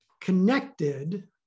connected